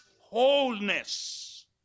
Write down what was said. wholeness